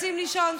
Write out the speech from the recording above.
רוצים לישון.